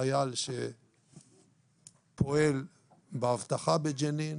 חייל שפועל באבטחה בג'נין,